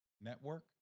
network